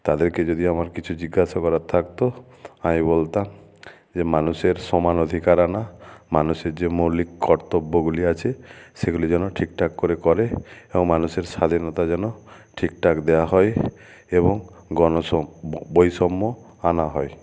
তাদেরকে যদি আমার কিছু জিজ্ঞাসা করার থাকতো আমি বলতাম যে মানুষের সমান অধিকার আনা মানুষের যে মৌলিক কর্তব্যগুলি আছে সেগুলি যেন ঠিকঠাক করে করে এবং মানুষের স্বাধীনতা যেন ঠিকঠাক দেওয়া হয় এবং গণসো বৈষম্য আনা হয়